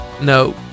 no